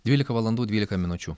dvylika valandų dvylika minučių